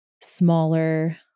smaller